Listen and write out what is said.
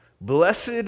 Blessed